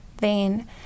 vein